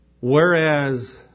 Whereas